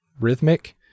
rhythmic